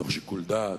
מתוך שיקול דעת,